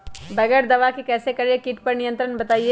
बगैर दवा के कैसे करें कीट पर नियंत्रण बताइए?